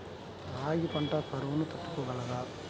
రాగి పంట కరువును తట్టుకోగలదా?